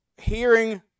hearing